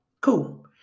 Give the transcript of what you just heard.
Cool